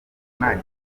nta